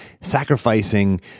sacrificing